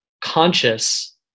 conscious